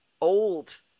Old